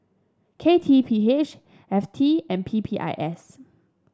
K T P H F T and P P I S